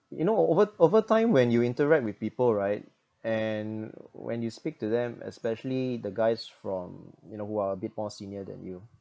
you know over over time when you interact with people right and when you speak to them especially the guys from you know who are a bit more senior than you